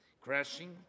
crashing